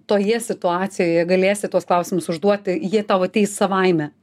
toje situacijoje galėsi tuos klausimus užduoti jie tau ateis savaime